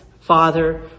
Father